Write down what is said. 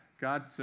God